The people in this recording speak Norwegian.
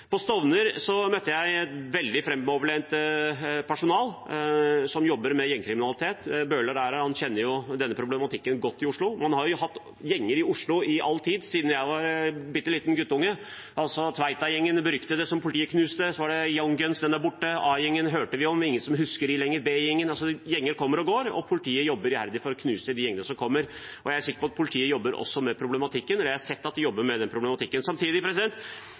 På Stovner møtte jeg et veldig fremoverlent personale som jobber med gjengkriminalitet – representanten Bøhler er her og kjenner godt til denne problematikken i Oslo. Man har hatt gjenger i Oslo i all tid, siden jeg var bitte liten guttunge – den beryktede Tveita-gjengen, som politiet knuste, så var det Young Guns, den er borte, og A-gjengen hørte vi om, men det er ingen som husker den lenger, og B-gjengen. Gjenger kommer og går, og politiet jobber iherdig for å knuse de gjengene som kommer. Jeg er sikker på at politiet jobber med denne problematikken – jeg har sett at politiet jobber med denne problematikken.